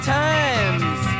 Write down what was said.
times